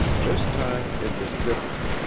this time it was different.